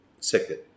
Second